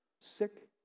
sick